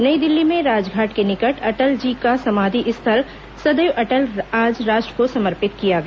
नई दिल्ली में राजघाट के निकट अटल जी का समाधि स्थल सदैव अटल आज राष्ट्र को समर्पित किया गया